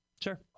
Sure